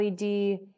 LED